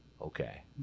Okay